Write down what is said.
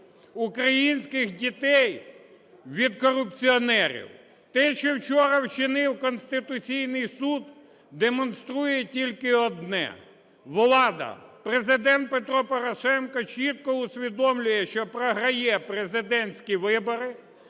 українських дітей від корупціонерів. Те, що вчора вчинив Конституційний Суд, демонструє тільки одне: влада, Президент Петро Порошенко чітко усвідомлює, що програє президентські вибори,